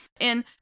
and-